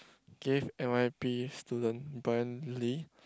gave N_Y_P student Bryan-Lee